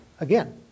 Again